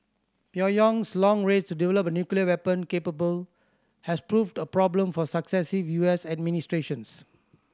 Pyongyang's long race to develop a nuclear weapon capable has proved a problem for successive U S administrations